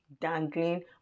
dangling